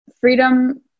freedom